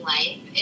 Life